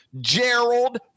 Gerald